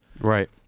Right